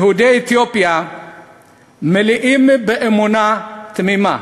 יהודי אתיופיה מלאים באמונה תמימה,